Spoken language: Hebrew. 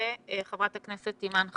חברת הכנסת אימאן ח'טיב.